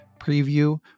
preview